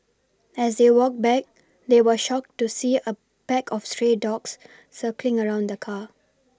as they walked back they were shocked to see a pack of stray dogs circling around the car